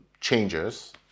changes